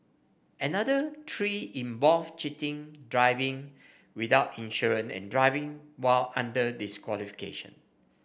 another three involve cheating driving without insurance and driving while under disqualification